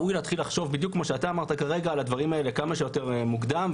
ראוי להתחיל לחשוב על הדברים כמה שיותר מוקדם.